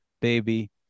baby